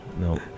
no